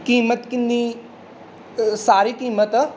ਕੀਮਤ ਕਿੰਨੀ ਸਾਰੀ ਕੀਮਤ